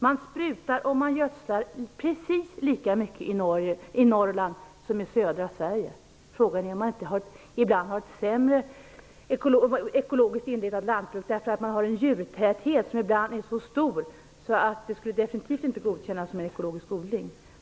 Man sprutar och man gödslar precis lika mycket i Norrland som i södra Sverige. Frågan är om man inte har ett mindre ekologiskt inriktat lantbruk, eftersom man har en djurtäthet som ibland är så stor att det definitivt inte skulle godkännas vid ekologisk odling.